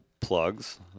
plugs